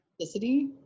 authenticity